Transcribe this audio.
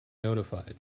notified